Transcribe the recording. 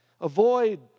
Avoid